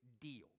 deal